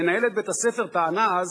מנהלת בית-הספר טענה אז,